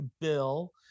Bill